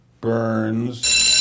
Burns